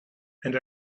and